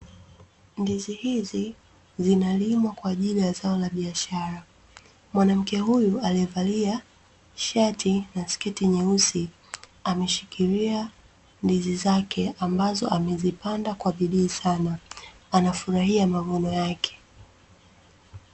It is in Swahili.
Ndizi hizi zinalimwa kwa ajili ya zao la biashara. Mwanamke huyu aliyevalia shati na sketi nyeusi, ameshikilia ndizi zake, ambazo amezipanda kwa bidii sana. Anafurahia mavuno yake.